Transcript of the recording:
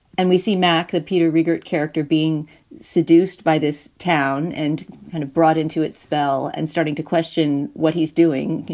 and we see mac and peter riegert character being seduced by this town and kind of brought into its spell and starting to question what he's doing, you